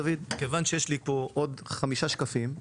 כיוון שיש לי פה עוד חמישה שקפים,